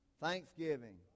thanksgiving